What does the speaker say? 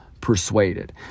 persuaded